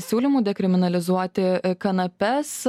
siūlymu dekriminalizuoti kanapes